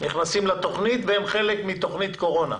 נכנסים לתוכנית והם חלק מתוכנית קורונה.